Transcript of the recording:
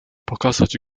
pokazać